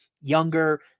younger